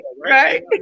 Right